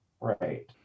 right